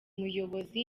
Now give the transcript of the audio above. muyobozi